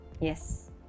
Yes